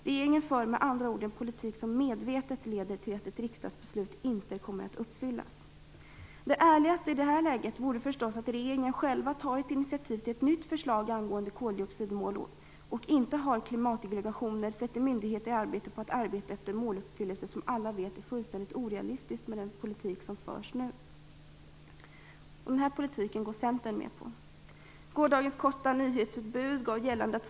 Regeringen för med andra ord en politik som medvetet leder till att ett riksdagsbeslut inte kommer att uppfyllas. Det ärligaste i det här läget vore förstås att regeringen själv tar initiativ till ett nytt förslag angående koldioxidmål, och inte tillsätt klimatdelegationer och sätter myndigheter i arbete mot en måluppfyllelse som alla vet är fullständigt orealistisk med den politik som nu förs. Och den här politiken går Centern med på!